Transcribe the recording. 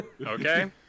Okay